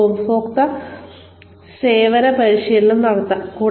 ഞങ്ങൾക്ക് ഉപഭോക്തൃ സേവന പരിശീലനം നടത്താം